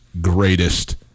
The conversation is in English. greatest